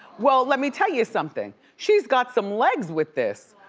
well, let me tell you something. she's got some legs with this.